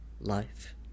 life